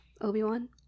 Obi-Wan